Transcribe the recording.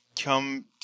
come